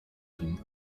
tym